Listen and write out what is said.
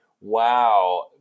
wow